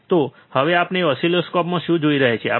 તો હવે આપણે ઓસિલોસ્કોપમાં શું જોઈ રહ્યા છીએ